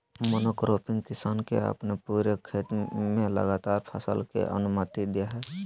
monocropping किसान के अपने पूरे खेत में लगातार फसल के अनुमति दे हइ